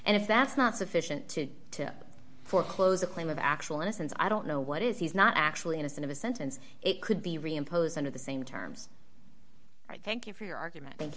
and if that's not sufficient to foreclose a claim of actual innocence i don't know what is he's not actually innocent of a sentence it could be reimposed under the same terms i thank you for your argument